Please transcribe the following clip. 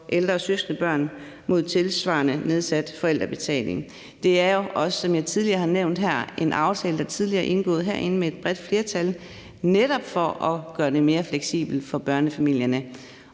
ældre søskendebørn mod tilsvarende nedsat forældrebetaling. Der var jo, som jeg tidligere har nævnt her, en aftale, der blev indgået herinde med et bredt flertal den 9. juni 2017, for netop at gøre det mere fleksibelt for børnefamilierne,